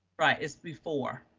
right, it's before